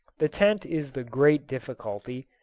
the tent is the great difficulty,